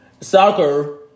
Soccer